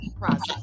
process